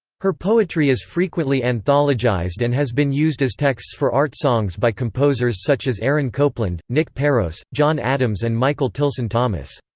her poetry is frequently anthologized and has been used as texts for art songs by composers such as aaron copland, nick peros, john adams and michael tilson thomas.